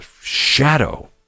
shadow